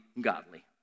godly